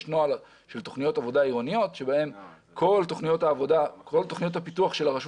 יש נוהל של תוכניות עבודה עירוניות בהן כל תוכניות הפיתוח של הרשות